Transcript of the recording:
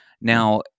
Now